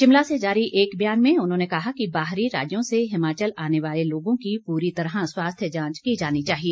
शिमला से जारी एक ब्यान में उन्होंने कहा कि बाहरी राज्यों से हिमाचल आने वाले लोगों की पूरी तरह स्वास्थ्य जांच की जानी चाहिए